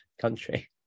country